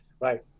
right